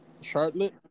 Charlotte